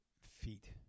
feet